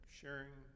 sharing